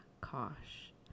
kosh